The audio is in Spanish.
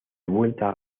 vuelta